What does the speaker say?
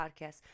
podcast